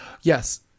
Yes